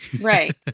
right